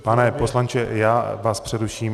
Pane poslanče, já vás přeruším.